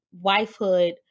wifehood